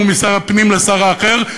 ומשר הפנים לשר האחר,